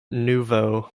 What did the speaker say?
nouveau